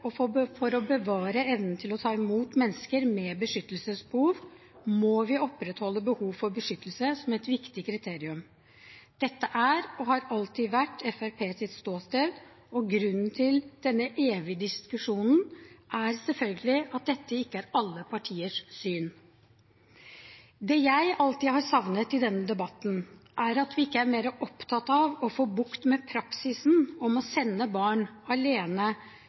og for å bevare evnen til å ta imot mennesker med beskyttelsesbehov må vi opprettholde behov for beskyttelse som et viktig kriterium. Dette er og har alltid vært Fremskrittspartiets ståsted, og grunnen til denne evige diskusjonen er selvfølgelig at dette ikke er alle partiers syn. Det jeg alltid har savnet i denne debatten, er at vi ikke er mer opptatt av å få bukt med praksisen med å sende barn alene